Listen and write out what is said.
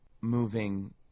moving